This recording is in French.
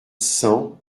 cent